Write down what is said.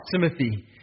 Timothy